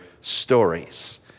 stories